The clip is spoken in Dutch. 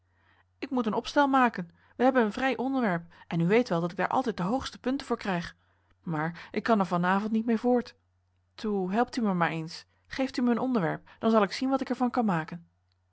ik moet een opstel maken wij hebben een vrij onderwerp en u weet wel dat ik daar altijd de hoogste punten voor krijg maar ik kan er van avond niet mee voort toe helpt u me maar eens geeft u me een onderwerp dan zal ik zien wat ik er van kan maken